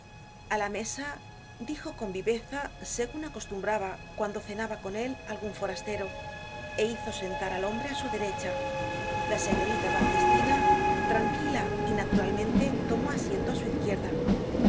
a la mesa dijo con viveza segun acostumbraba cuando cenaba con él algun forastero é hizo sentar al hombre á su derecha la señorita baptistina tranquila y naturalmente tomó asiento á su izquierda